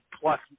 plus